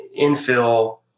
infill